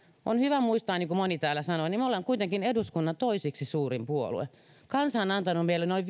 on hyvä muistaa niin kuin moni täällä sanoi että me olemme kuitenkin eduskunnan toiseksi suurin puolue kansa on antanut meille noin